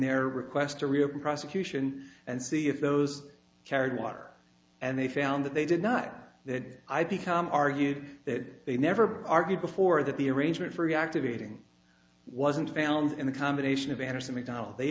their request to reopen prosecution and see if those carried water and they found that they did not that i become argued that they never argued before that the arrangement for reactivating wasn't found in the combination of andersen mcdonald they